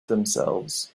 themselves